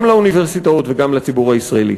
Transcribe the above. גם לאוניברסיטאות וגם לציבור הישראלי.